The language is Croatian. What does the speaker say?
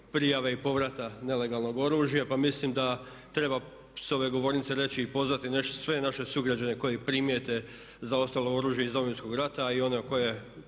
prijave i povrata nelegalnog oružja. Pa mislim da treba s ove govornice reći i pozvati sve naše sugrađane koji primijete zaostalo oružje iz Domovinskog rata a i ono koje